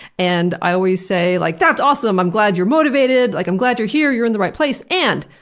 and i always say, like that's awesome! i'm glad you're motivated, like i'm glad you're here, you're in the right place and,